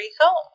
home